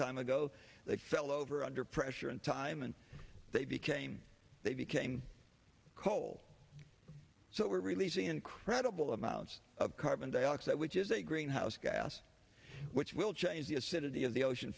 time ago that fell over under pressure and time and they became they became coal so we're releasing incredible amounts of carbon dioxide which is a greenhouse gas which will change the acidity of the ocean